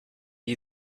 gli